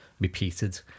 repeated